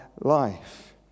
life